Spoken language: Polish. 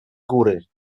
góry